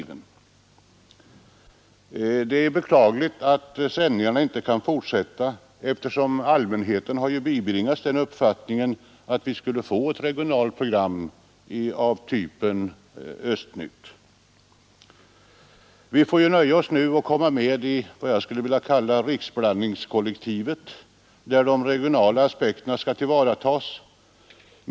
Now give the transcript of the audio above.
Det är beklagligt att sändningarna inte kan fortsätta, eftersom allmänheten bibringats uppfattningen att den skulle få ett regionalt program av typen Östnytt. Vi får nu nöja oss med att komma med i ”Riksblandningskollektivet”, där de regionala aspekterna skall tillvaratas.